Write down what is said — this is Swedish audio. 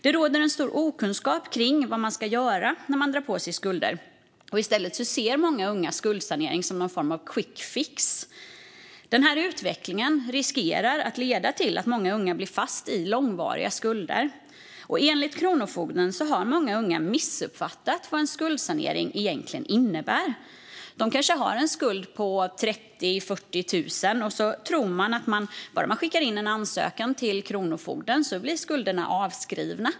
Det råder en stor okunskap om vad man ska göra när man drar på sig skulder. I stället ser många unga skuldsanering som någon form av quickfix. Den här utvecklingen riskerar att leda till att många unga blir fast i långvariga skulder. Enligt Kronofogden har många unga missuppfattat vad en skuldsanering egentligen innebär. De kanske har en skuld på ca 30 000-40 000 kronor och tror att om man bara skickar in en ansökan till Kronofogden blir skulderna avskrivna.